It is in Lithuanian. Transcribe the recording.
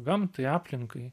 gamtai aplinkai